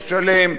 משלם,